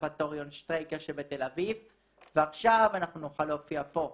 בקונסרבטוריון שטייקר שבתל אביב ועכשיו אנחנו נוכל להופיע פה.